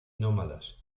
nómadas